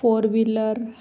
four wheeler